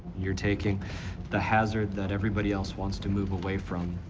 you're taking the hazard that everybody else wants to move away from,